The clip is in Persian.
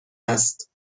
است